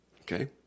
Okay